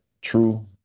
true